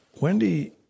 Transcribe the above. Wendy